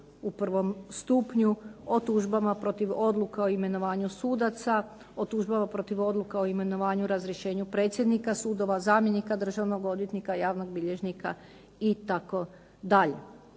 u prvom stupnju o tužbama protiv odluka o imenovanju sudaca, o tužbama protiv odluka o imenovanju, razrješenju predsjednika sudova, zamjenika državnog odvjetnika, javnog bilježnika itd.